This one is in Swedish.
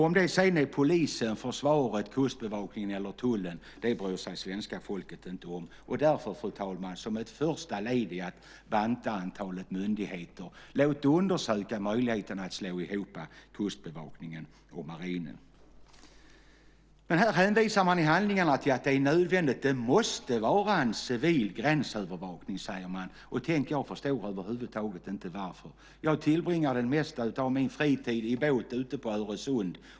Om detta sedan utförs av polisen, försvaret, kustbevakningen eller tullen bryr sig svenska folket inte om. Därför, fru talman, som ett första led i att banta antalet myndigheter: Låt undersöka möjligheten att slå ihop kustbevakningen och marinen! I handlingarna hänvisar man till att det är nödvändigt och måste vara en civil övervakning, och jag förstår över huvud taget inte varför. Jag tillbringar mesta delen av min fritid i båt ute på Öresund.